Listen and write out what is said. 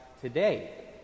today